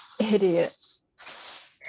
Idiot